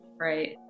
right